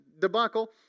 debacle